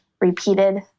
repeated